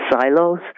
silos